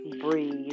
breathe